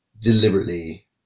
deliberately